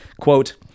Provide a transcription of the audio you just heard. Quote